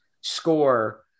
score